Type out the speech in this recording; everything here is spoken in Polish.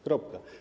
Kropka.